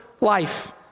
life